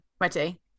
Ready